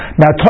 now